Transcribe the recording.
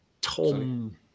Tom